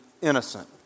innocent